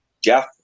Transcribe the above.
Jeff